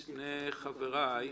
לחבריי,